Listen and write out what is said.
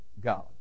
God